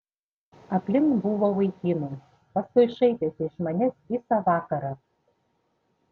aplink buvo vaikinų paskui šaipėsi iš manęs visą vakarą